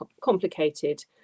complicated